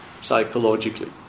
psychologically